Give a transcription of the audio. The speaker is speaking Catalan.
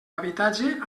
habitatge